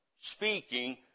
speaking